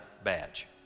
badge